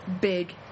big